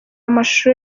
amashusho